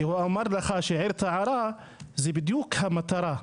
כי כאשר היושב-ראש העיר את ההערה, זו בדיוק המטרה.